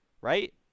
Right